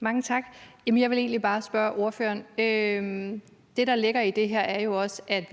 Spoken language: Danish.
Mange tak. Jeg vil egentlig bare spørge ordføreren om noget. Det, der ligger i det her, er jo også, at